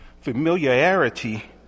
familiarity